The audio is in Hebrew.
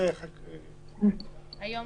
היום